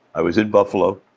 i was in buffalo.